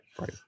Right